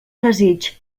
desig